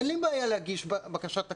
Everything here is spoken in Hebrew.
אין לי בעיה להגיש בקשת הקצאה.